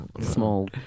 small